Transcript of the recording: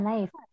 Nice